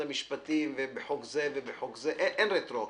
המשפטים בחוק זה ובחוק זה אין רטרואקטיביות.